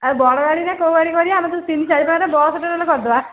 ଆଉ ବଡ଼ଗାଡ଼ି ନା କେଉଁଗାଡ଼ି କରିବା ଆମର ତ ତିନି ଚାରି ପାଞ୍ଚ ବସ୍ଟେ ନହେଲେ କରିଦେବା